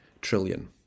trillion